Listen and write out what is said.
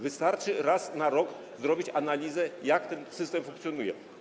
Wystarczy raz na rok zrobić analizę tego, jak ten system funkcjonuje.